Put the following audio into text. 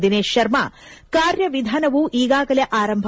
ದಿನೇಶ್ ಶರ್ಮ ಕಾರ್ಯವಿಧಾನವು ಈಗಾಗಲೇ ಆರಂಭವಾಗಿದೆ